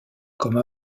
comme